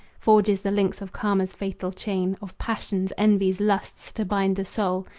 forges the links of karma's fatal chain, of passions, envies, lusts to bind the soul,